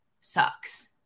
sucks